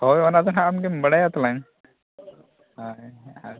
ᱦᱳᱭ ᱚᱱᱟ ᱫᱚ ᱱᱟᱦᱟᱜ ᱟᱢ ᱜᱮᱢ ᱵᱟᱲᱟᱭᱟ ᱛᱟᱞᱟᱝ ᱦᱳᱭ ᱟᱨ